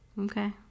okay